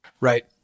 Right